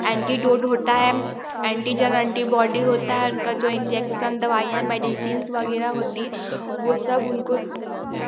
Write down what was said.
antidote होता है antigen antibody होता है उनका जो इंजेक्शन दवाइयाँ मेडीसिंस वगैरह होती हैं वह सब उनको